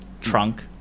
trunk